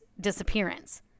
disappearance